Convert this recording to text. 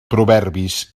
proverbis